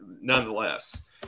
nonetheless